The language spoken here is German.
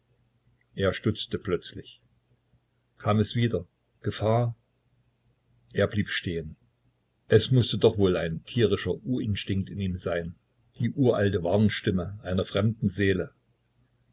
er stutzte plötzlich kam es wieder gefahr er blieb stehen es mußte doch wohl ein tierischer urinstinkt in ihm sein die uralte warnstimme einer fremden seele